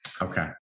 Okay